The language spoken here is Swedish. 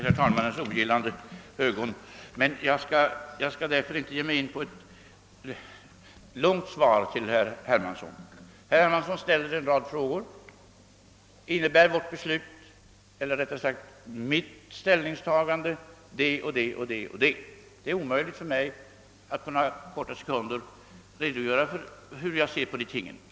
Innebär mitt ställningstagande det och det och det? Det är omöjligt för mig att på några få minuter redogöra för min syn på dessa problem.